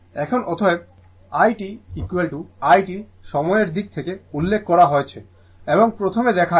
এখন অতএব i t it সময়ের দিক থেকে উল্লেখ করা হয়েছে বলে প্রথমে দেখায়